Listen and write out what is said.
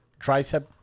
tricep